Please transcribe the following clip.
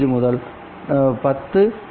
எஸ்at least 2